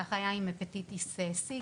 כך היה עם הפטיטיס C,